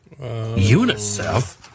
UNICEF